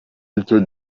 icyo